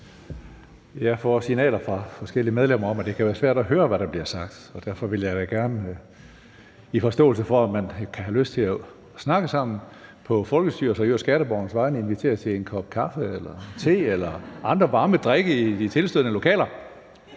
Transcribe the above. Jeg får signaler fra forskellige medlemmer om, at det kan være svært at høre, hvad der bliver sagt, og derfor vil jeg da gerne i forståelse for, at man kan have lyst til at snakke sammen på folkestyrets og i øvrigt skatteborgernes vegne, invitere til en kop kaffe eller te eller andre varme drikke i de tilstødende lokaler.